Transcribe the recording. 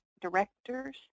directors